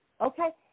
Okay